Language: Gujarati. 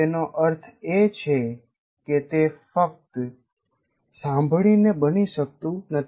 તેનો અર્થ એ છે કે તે ફક્ત સાંભળીને બની શકતું નથી